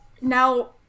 now